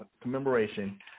commemoration